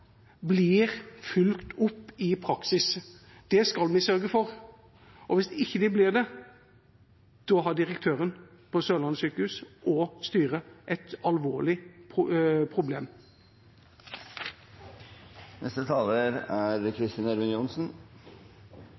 blir fulgt opp i praksis. Det skal vi sørge for. Og hvis de ikke blir det, da har direktøren ved Sørlandet sykehus og styret et alvorlig